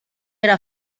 era